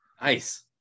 Nice